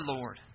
Lord